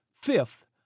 fifth